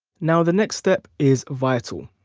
now the next step is vital.